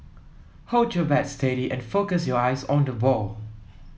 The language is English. hold your bat steady and focus your eyes on the ball